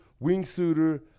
wingsuiter